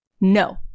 No